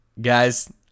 Guys